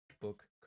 Book